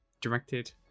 directed